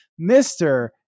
mr